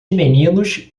meninos